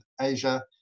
Asia